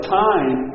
time